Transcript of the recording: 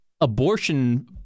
abortion